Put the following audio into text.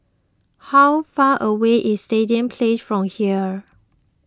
how far away is Stadium Place from here